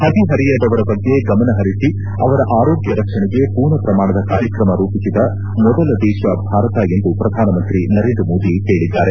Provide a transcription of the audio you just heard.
ಹದಿಹರೆಯದವರ ಬಗ್ಗೆ ಗಮನ ಹರಿಸಿ ಅವರ ಆರೋಗ್ಯ ರಕ್ಷಣೆಗೆ ಪೂರ್ಣಪ್ರಮಾಣದ ಕಾರ್ಯಕ್ರಮ ರೂಪಿಸಿದ ಮೊದಲ ದೇಶ ಭಾರತ ಎಂದು ಪ್ರಧಾನಮಂತ್ರಿ ನರೇಂದ್ರ ಮೋದಿ ಹೇಳಿದ್ದಾರೆ